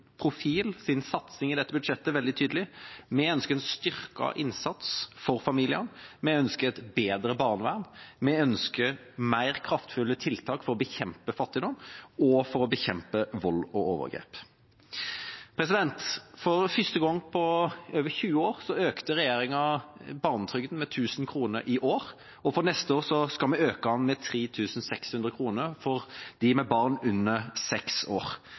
profil og satsing i dette budsjettet veldig tydelig. Vi ønsker en styrket innsats for familiene. Vi ønsker et bedre barnevern. Vi ønsker mer kraftfulle tiltak for å bekjempe fattigdom og for å bekjempe vold og overgrep. For første gang på over 20 år økte regjeringa barnetrygden med 1 000 kr i år, og for neste år skal vi øke den med 3 600 kr for dem med barn under seks år.